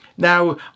Now